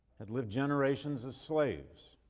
had lived generations as slaves.